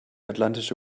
atlantische